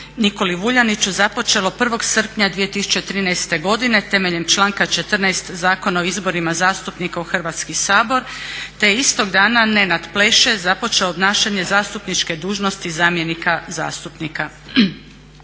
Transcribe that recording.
Nikoli Vuljaniću započelo 1.srpnja 2013.godine temeljem članka 14. Zakona o izborima zastupnika u Hrvatski sabor te je istog dana Nenad Pleše započeo obnašanje zastupničkog dužnosti zamjenika zastupnika.